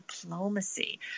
diplomacy